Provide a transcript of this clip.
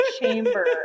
chamber